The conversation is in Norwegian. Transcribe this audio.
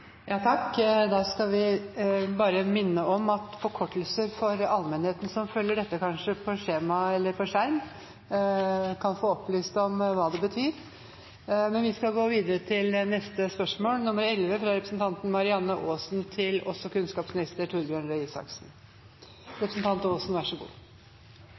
bare minne om at allmennheten – som kanskje følger dette på skjema eller på skjerm – bør bli opplyst om hva forkortelsene betyr. Vi går videre til neste spørsmål.